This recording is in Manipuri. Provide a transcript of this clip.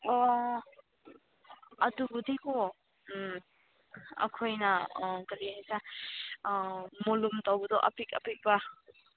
ꯑꯣ ꯑꯗꯨꯕꯨꯗꯤꯀꯣ ꯑꯩꯈꯣꯏꯅ ꯀꯔꯤ ꯍꯥꯏꯁꯤꯔꯥ ꯑꯥ ꯃꯣꯂꯨꯝ ꯇꯧꯕꯗꯣ ꯑꯄꯤꯛ ꯑꯄꯤꯛꯄ